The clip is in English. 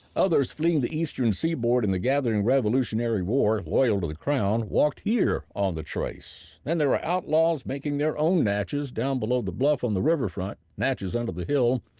others fleeing the eastern seaboard and the gathering revolutionary war, loyal to the crown, walked here on the trace, and there were outlaws making their own natchez down below the bluff on the riverfront, natchez under the hill,